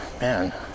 man